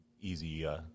easy –